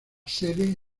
sede